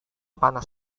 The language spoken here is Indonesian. panas